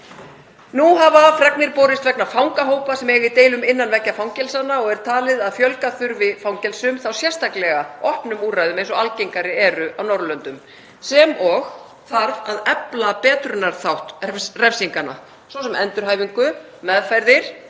Nú hafa fregnir borist vegna fangahópa sem eiga í deilum innan veggja fangelsanna og er talið að fjölga þurfi fangelsum, þá sérstaklega opnum úrræðum eins og algengari eru á Norðurlöndum, sem og þarf að efla betrunarþátt refsinganna, svo sem endurhæfingu, meðferðir